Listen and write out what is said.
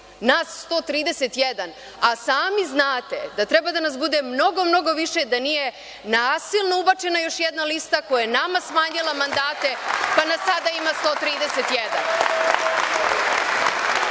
nas 131, a sami znate da treba da nas bude mnogo, mnogo više, da nije nasilno ubačena još jedna lista koja je nama smanjila mandate, pa nas sada ima 131.Hoću